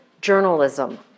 journalism